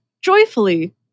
joyfully